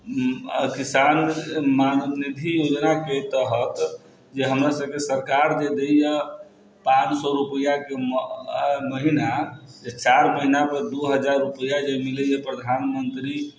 किसान माँग निधि योजनाके तहत जे हमरासबके सरकार जे दैए पाँच सओ रुपैआके महिना जे चार महिनापर दू हजार रुपैआ जे मिलैए प्रधानमन्त्री